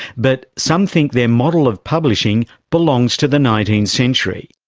but some think their model of publishing belongs to the nineteenth century,